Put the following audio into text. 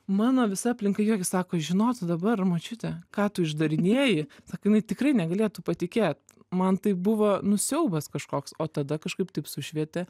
mano visa aplinka juokiasi sako žinotų dabar močiutė ką tu išdarinėji sako jinai tikrai negalėtų patikėt man tai buvo nu siaubas kažkoks o tada kažkaip taip sušvietė